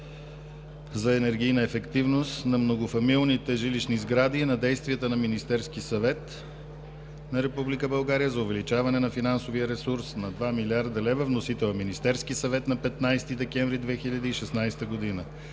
за енергийна ефективност на многофамилните жилищни сгради и на действията на Министерския съвет на Република България за увеличаване на финансовия ресурс на 2 млрд. лв. Вносител е Министерският съвет на 15 декември 2016 г.